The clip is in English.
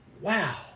Wow